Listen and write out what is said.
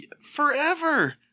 forever